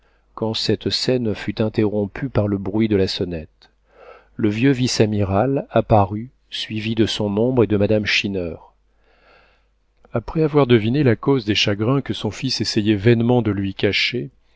quand cette scène fut interrompue par le bruit de la sonnette le vieux vice-amiral apparut suivi de son ombre et de madame schinner après avoir deviné la cause des chagrins que son fils essayait vainement de lui cacher